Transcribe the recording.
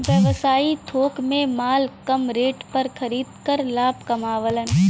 व्यवसायी थोक में माल कम रेट पर खरीद कर लाभ कमावलन